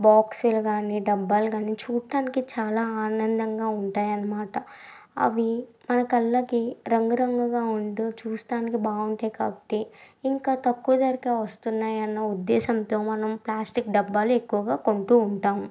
బాక్సులు కానీ డబ్బాలు కానీ చూడటానికి చాలా ఆనందంగా ఉంటాయన్నమాట అవి మన కళ్ళకి రంగురంగుగా ఉంటూ చూడటానికి బాగుంటాయి కాబట్టి ఇంకా తక్కువ ధరకే వస్తున్నాయి అన్న ఉద్దేశంతో మనం ప్లాస్టిక్ డబ్బాలు ఎక్కువగా కొంటూ ఉంటాం